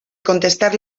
contestar